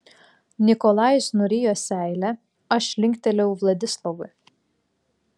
nikolajus nurijo seilę aš linktelėjau vladislovui